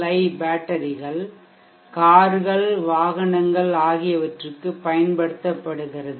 ஐ பேட்டரிகள் கார்கள் வாகனங்கள் ஆகியவற்றிற்குப் பயன்படுத்தப்படுககிறது